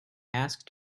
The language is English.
asked